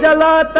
so la